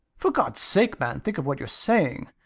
for god's sake, man, think of what you're saying.